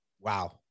Wow